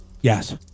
Yes